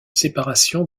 séparation